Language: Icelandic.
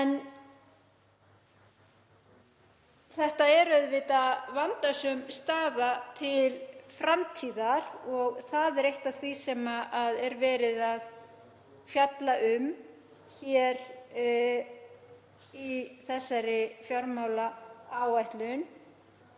En þetta er auðvitað vandasöm staða til framtíðar og það er eitt af því sem verið er að fjalla um í fjármálaáætluninni.